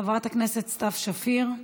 חברת הכנסת סתיו שפיר,